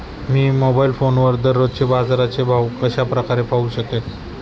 मी mobile फोनवर दररोजचे बाजाराचे भाव कशा प्रकारे पाहू शकेल?